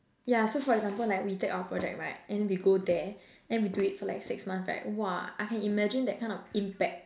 yeah so for example like we take our project right and then we go there then we do it for like six months right !wah! I can imagine that kind of impact